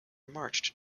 marched